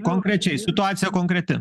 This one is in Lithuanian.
konkrečiai situacija konkreti